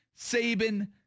Saban